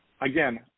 Again